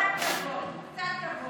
קצת כבוד, קצת כבוד.